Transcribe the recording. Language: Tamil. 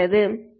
சரி